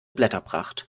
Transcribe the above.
blätterpracht